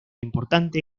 importante